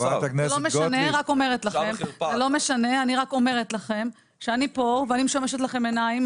ואני משמשת לכם עיניים,